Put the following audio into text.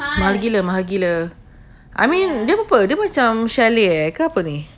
mahal gila mahal gila I mean dia macam chalet eh ke apa ni